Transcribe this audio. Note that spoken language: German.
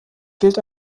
gilt